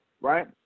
right